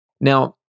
Now